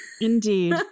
indeed